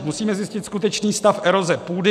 Musíme zjistit skutečný stav eroze půdy.